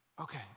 okay